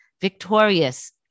victorious